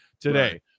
today